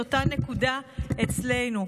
את אותה נקודה אצלנו.